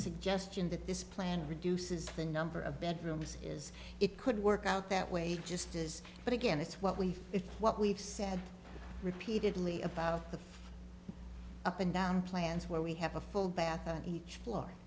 suggestion that this plan reduces the number of bedrooms is it could work out that way just as but again it's what we what we've said repeatedly about the up and down plans where we have a full bath and each blo